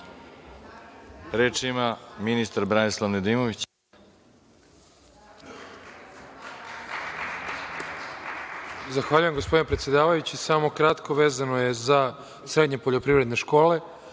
ima ministar Branislav Nedimović.